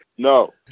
No